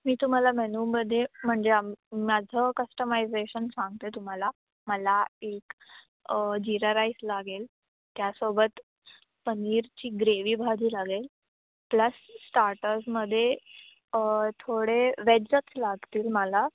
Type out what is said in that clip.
मी तुम्हाला मेनूमध्ये म्हणजे आम माझं कस्टमायझेशन सांगते तुम्हाला मला एक जिरा राईस लागेल त्यासोबत पनीरची ग्रेवी भाजी लागेल प्लस स्टार्टर्समध्ये थोडे वेजच लागतील मला